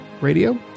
Radio